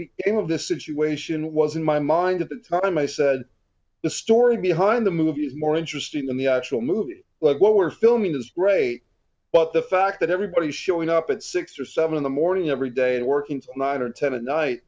became of the situation was in my mind at the time i said the story behind the movie is more interesting than the actual movie but what we're filming is great but the fact that everybody is showing up at six or seven in the morning every day and working nine or ten at night